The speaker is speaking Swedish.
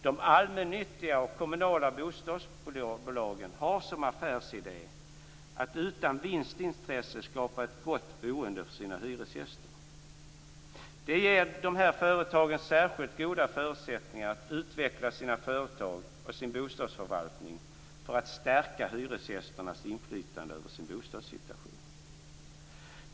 De allmännyttiga och kommunala bostadsbolagen har som affärsidé att utan vinstintressen skapa ett gott boende för sina hyresgäster. Detta har gett dessa företag särskilt goda förutsättningar att utveckla sina företag och sin bostadsförvaltning för att stärka hyresgästernas inflytande över sin bostadssituation.